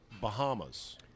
Bahamas